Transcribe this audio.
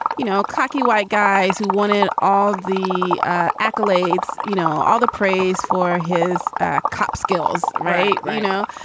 you know, cocky white guys who wanted all the ah accolades, you know, all the praise for his ah cop skills. right. i know.